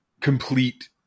complete